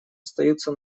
остаются